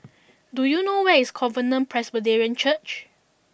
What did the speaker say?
do you know where is Covenant Presbyterian Church